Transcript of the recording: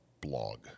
blog